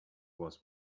was